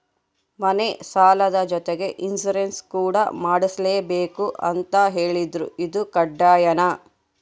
ಮನೆ ಸಾಲದ ಜೊತೆಗೆ ಇನ್ಸುರೆನ್ಸ್ ಕೂಡ ಮಾಡ್ಸಲೇಬೇಕು ಅಂತ ಹೇಳಿದ್ರು ಇದು ಕಡ್ಡಾಯನಾ?